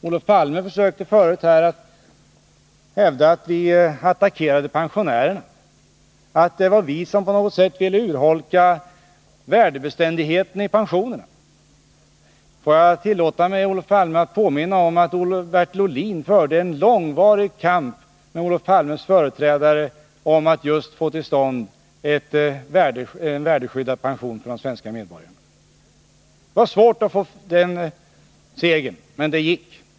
Olof Palme försökte här hävda att vi attackerade pensionärerna, att det var vi som på något sätt ville urholka värdebeständigheten i pensionerna. Jag tillåter mig, Olof Palme, att påminna om att Bertil Ohlin förde en långvarig kamp med Olof Palmes företrädare i fråga om att just få till stånd värdeskyddade pensioner för de svenska medborgarna. Det var svårt att få den segern, men det gick.